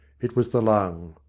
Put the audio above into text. it was the lung.